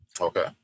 Okay